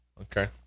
Okay